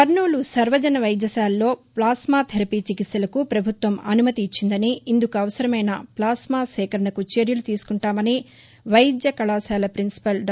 కర్నూలు సర్వజన వైద్యశాలలో plasma therapy చికిత్సలకు ప్రభుత్వం అనుమతి ఇచ్చిందని ఇందుకు అవసరమైన ప్లాస్మా సేకరణకు చర్యలు తీసకుంటామని వైద్య కళాశాల పిన్సిపాల్ డా